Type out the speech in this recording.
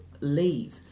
leave